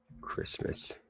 Christmas